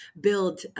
build